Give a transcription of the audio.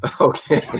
Okay